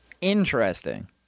Interesting